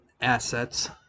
assets